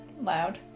loud